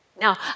Now